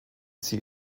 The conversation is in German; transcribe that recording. sie